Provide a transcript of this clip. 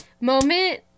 moment